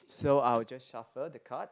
so I'll just shuffle the cards